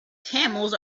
camels